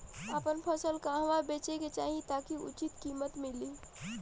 आपन फसल कहवा बेंचे के चाहीं ताकि उचित कीमत मिली?